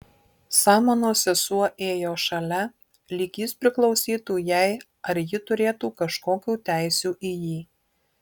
samanos sesuo ėjo šalia lyg jis priklausytų jai ar ji turėtų kažkokių teisių į jį